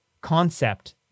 concept